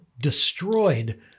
destroyed